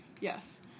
Yes